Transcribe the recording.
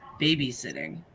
babysitting